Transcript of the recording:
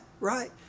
right